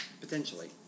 Potentially